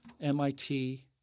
MIT